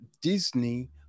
Disney